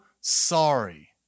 sorry